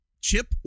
Chip